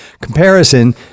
Comparison